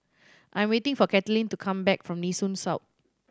I'm waiting for Katlynn to come back from Nee Soon South